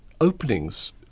openings